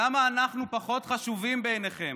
למה אנחנו פחות חשובים בעיניכם?